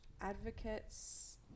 advocates